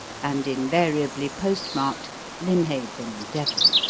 and invariably postmarked lynhaven, devon.